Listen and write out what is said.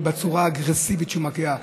בצורה האגרסיבית שהוא מגיע,